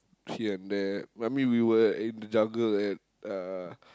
here and there I mean we were in the jungle at uh